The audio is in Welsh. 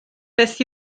beth